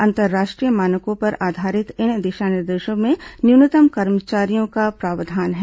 अंतर्राष्ट्रीय मानकों पर आधारित इन दिशा निर्देशों में न्यूनतम कर्मचारियों का प्रावधान है